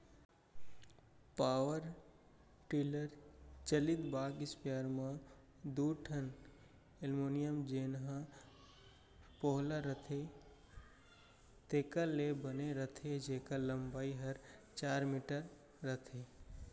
power tiller चलित बाग sprayer म दू ठन एलमोनियम जेन ह पोलहा रथे तेकर ले बने रथे जेकर लंबाई हर चार मीटर रथे